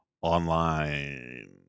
online